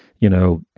you know,